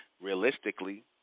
realistically